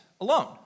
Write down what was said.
alone